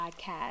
Podcast